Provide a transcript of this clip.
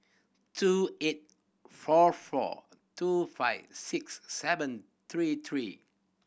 two eight four four two five six seven three three